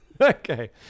Okay